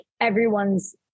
everyone's